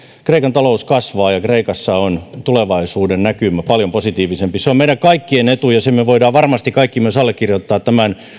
kreikan talous kasvaa ja kreikassa on tulevaisuuden näkymä paljon positiivisempi se on meidän kaikkien etu ja sen me voimme varmasti kaikki myös allekirjoittaa tämän